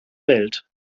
welt